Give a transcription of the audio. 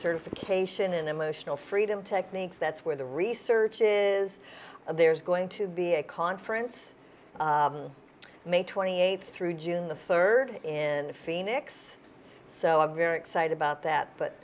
certification and emotional freedom techniques that's where the researches of there's going to be a conference may twenty eighth through june the third in phoenix so i'm very excited about that but